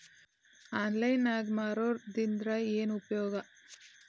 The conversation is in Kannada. ಆನ್ಲೈನ್ ನಾಗ್ ಮಾರೋದ್ರಿಂದ ಏನು ಉಪಯೋಗ?